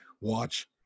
watch